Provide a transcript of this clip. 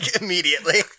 immediately